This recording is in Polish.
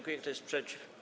Kto jest przeciw?